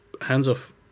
hands-off